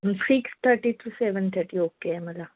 six thirty two seven thirty okay आहे मला